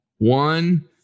One